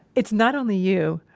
it's not only you,